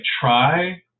try